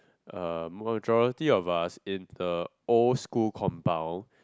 uh majority of us in the old school compound